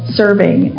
serving